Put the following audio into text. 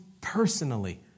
personally